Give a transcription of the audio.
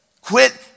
quit